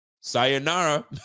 sayonara